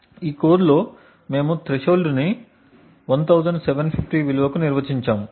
ఈ కోడ్లో మేము థ్రెషోల్డ్ని 1750 విలువకు నిర్వచించాము